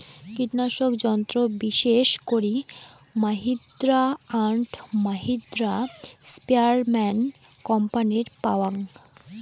কীটনাশক যন্ত্র বিশেষ করি মাহিন্দ্রা অ্যান্ড মাহিন্দ্রা, স্প্রেয়ারম্যান কোম্পানির পাওয়াং